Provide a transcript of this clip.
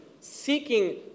seeking